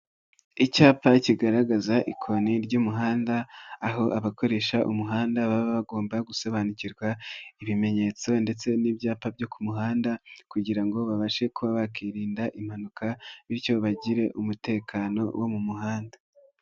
Icyapa kigaragaza ikoni ry'umuhanda, aho abakoresha umuhanda baba bagomba gusobanukirwa ibimenyetso ndetse n'ibyapa byo ku muhanda kugira ngo babashe kuba bakirinda impanuka bityo bagire umutekano wo mu muhanda.